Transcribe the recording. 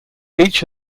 each